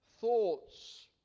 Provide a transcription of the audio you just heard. thoughts